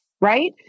right